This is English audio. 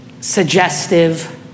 suggestive